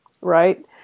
right